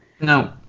No